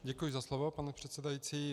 Děkuji za slovo, pane předsedající.